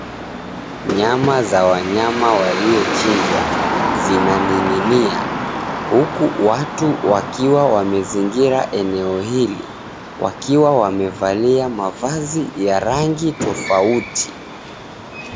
Nyama za wanyama waliochinjwa zinaning'inia huku watu wakiwa wamezingira eneo hili, wakiwa wamevalia mavazi ya rangi tofauti.